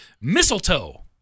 Mistletoe